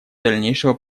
дальнейшего